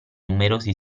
numerosi